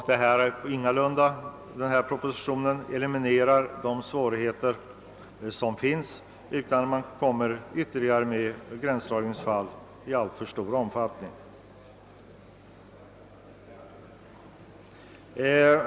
Förslagen i denna proposition eliminerar ingalunda alla svårigheter, utan gränsdragningsproblem kommer att uppstå även i fortsättningen.